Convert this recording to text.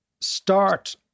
start